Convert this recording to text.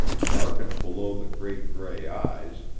darkened below the great gray eyes,